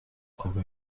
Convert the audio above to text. کپی